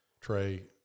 Trey